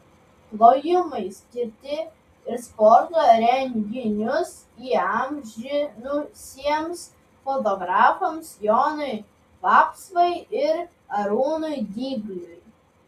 plojimai skirti ir sporto renginius įamžinusiems fotografams jonui vapsvai ir arūnui dygliui